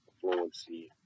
fluency